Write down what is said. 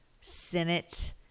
Senate